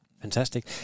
Fantastic